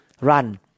run